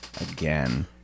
Again